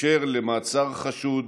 (מעצר חשוד